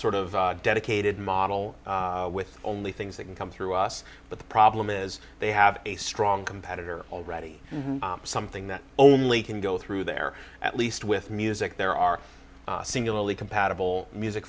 sort of dedicated model with only things that can come through us but the problem is they have a strong competitor already something that only can go through there at least with music there are singularly compatible music